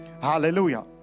hallelujah